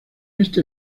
este